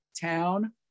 town